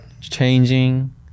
changing